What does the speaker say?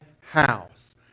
house